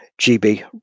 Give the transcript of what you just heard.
GB